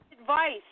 advice